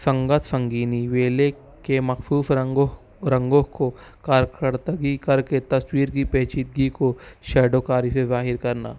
سنگت سنگینی ویلے کے مخصوص رنگو رنگو کو کارکردگی کر کے تصویر کی پیچیدگی کو شیڈوکاری سے ظاہر کرنا